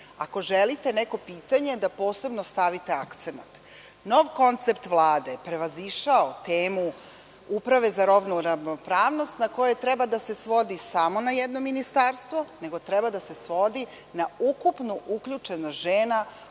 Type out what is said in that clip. Ako želite neko pitanje, da posebno stavite akcenat. Nov koncept Vlade je prevazišao temu Uprave za rodnu ravnopravnost na koje treba da se svodi samo na jedno ministarstvo, nego treba da se svodi na ukupnu uključenost žena